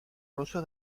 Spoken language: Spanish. ruso